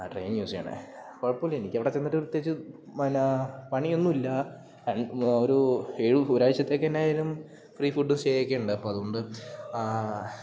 ആ train use ചെയ്യണത് കുഴപ്പമില്ല എനിക്ക് അവിടെ ചെന്നിട്ട് പ്രത്യേകിച്ച് എന്നാ പണിയൊന്നുല്ല ഒരു ഏഴ് ഒരു ആഴ്ചത്തേക്കെന്നായാലും ഫ്രീ ഫുഡ് സ്റ്റേയൊക്കെണ്ട് അപ്പം അതുകൊണ്ട്